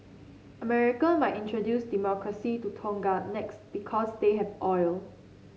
American might introduce democracy to Tonga next because they have oil